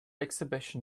exhibition